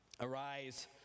Arise